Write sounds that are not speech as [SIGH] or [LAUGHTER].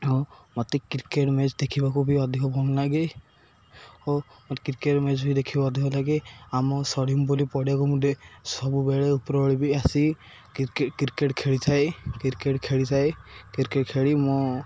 ଓ ମତେ cricket match ଦେଖିବାକୁ ବି ଅଧିକ ଭଲ ଲାଗେ ଓ ମତେ କ୍ରିକେଟ୍ ମ୍ୟାଚ୍ ବି ଦେଖିବା ଅଧିକ ଲାଗେ ଆମ [UNINTELLIGIBLE] ବୋଲି ପଢ଼ିବାକୁ ମୁଁ ତେ ସବୁବେଳେ ଉପରବେଳା ବି ଆସି କ୍ରିକେଟ୍ ଖେଳିଥାଏ କ୍ରିକେଟ୍ ଖେଳିଥାଏ କ୍ରିକେଟ୍ ଖେଳି ମୁଁ